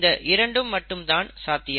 இந்த இரண்டு மட்டும் தான் சாத்தியம்